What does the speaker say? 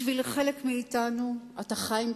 בשביל חלק מאתנו אתה חיימקה,